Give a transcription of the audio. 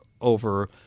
over